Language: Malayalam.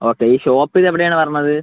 ഓക്കെ ഈ ഷോപ്പ് ഇത് എവിടെയാണ് വരുന്നത്